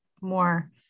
more